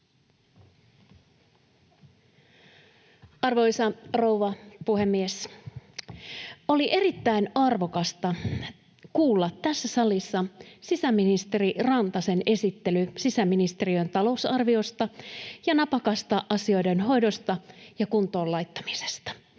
Arvoisa rouva puhemies! Oli erittäin arvokasta kuulla tässä salissa sisäministeri Rantasen esittely sisäministeriön talousarviosta ja napakasta asioiden hoidosta ja kuntoon laittamisesta.